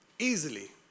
Easily